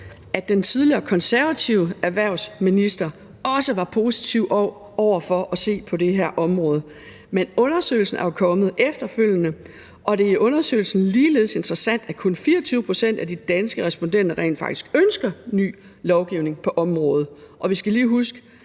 at den tidligere konservative erhvervsminister også var positiv over for at se på det her område. Men undersøgelsen er jo kommet efterfølgende, og det er i undersøgelsen ligeledes interessant, at kun 24 pct. af de danske respondenter rent faktisk ønsker en ny lovgivning på området. Og vi skal lige huske,